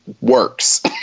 works